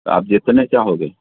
आप जितने चाहोगे